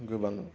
गोबां